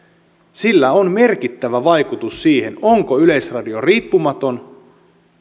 sillä on merkittävä vaikutus siihen onko yleisradio riippumaton